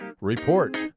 Report